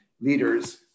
leaders